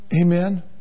Amen